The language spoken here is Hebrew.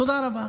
תודה רבה.